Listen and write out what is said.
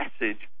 message